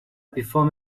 before